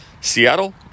Seattle